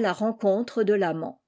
la rencontre de tamant